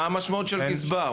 מהי המשמעות של גזבר?